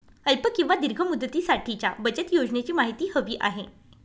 अल्प किंवा दीर्घ मुदतीसाठीच्या बचत योजनेची माहिती हवी आहे